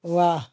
वाह